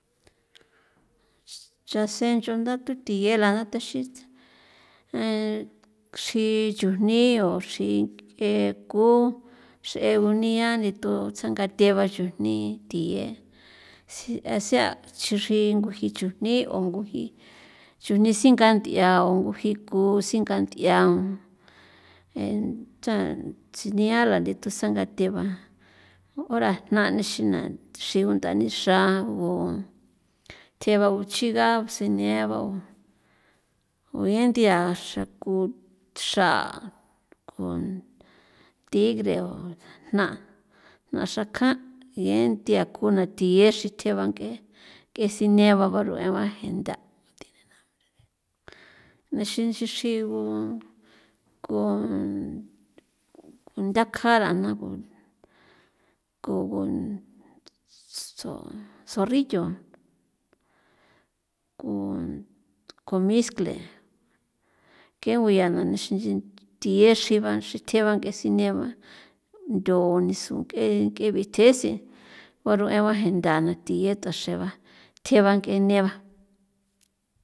Chasen chunda tu thiyela nda taxi chri chujni o chri ng'e ku x'e ngunia nditun tsagatheba chujni thiye si a se'a chu chri nguji chujni o nguji chujni singa nth'ia o nguji ku singa nth'ia e tsan tsi niala nithu tsanga theba ora jna'ni ixina xi gundanixra gu thjeba uchiga sineaba o bien nthia xraku xra ku tigre o jna' xrakjan' ge nthia' kuna thiye xrithjeba ng'e ng'esine ba r'ueba je' nda nexin xi xrigu ko konthakjan ra na kobun zo zorrillo ko komiscle ke guya na nixin nch'i thiye xiba xritheba ng'e sine ba ndo nisu ng'e ng'e bithese gua ru eban je nda na thi keta xeba thjeba ng'e neba.